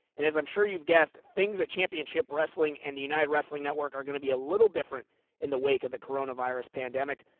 and as i'm sure you've guessed, things at championship wrestling and the united wrestling network are gonna be a little different in the wake of the coronavirus pandemic.